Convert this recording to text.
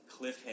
Cliffhanger